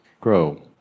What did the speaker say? grow